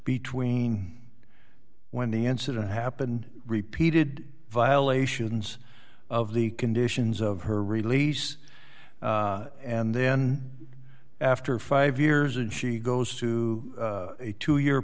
between when the incident happened repeated violations of the conditions of her release and then after five years and she goes to a two y